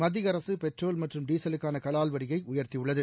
மத்திய அரசு பெட்ரோல் மற்றும் டீசலுக்கான கலால் வரியை உயர்த்தியுள்ளது